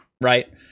right